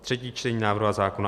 Třetí čtení návrhu zákona atd.